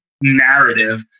narrative